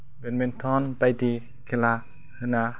badminton बायदि खेला होना